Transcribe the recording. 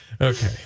Okay